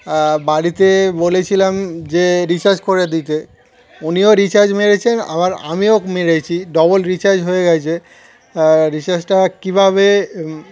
বাড়িতে বলেছিলাম যে রিচার্জ করে দিতে উনিও রিচার্জ মেরেছেন আবার আমিও মেরেছি ডবল রিচার্জ হয়ে গিয়েছে রিচার্জটা কীভাবে